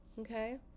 okay